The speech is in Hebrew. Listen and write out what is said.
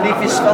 אבל היית שר.